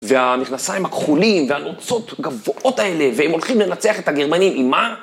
והמכנסיים הכחולים והנוצות גבוהות האלה והם הולכים לנצח את הגרמנים עם מה?